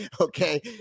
okay